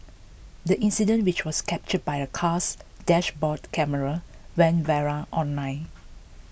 the incident which was captured by a car's dashboard camera went viral online